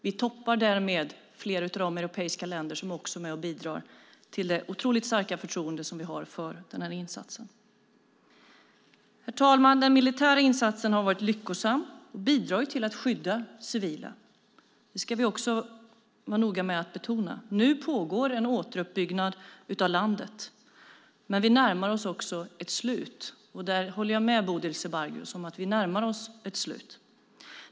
Vi toppar därmed bland flera av de europeiska länder som också är med och bidrar när det gäller det otroligt starka förtroende som vi har för den här insatsen. Herr talman! Den militära insatsen har varit lyckosam och bidragit till att skydda civila. Det ska vi också vara noga med att betona. Nu pågår en återuppbyggnad av landet. Men vi närmar oss också ett slut, och det håller jag med Bodil Ceballos om.